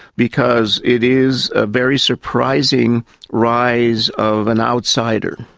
because it is a very surprising rise of an outsider.